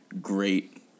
great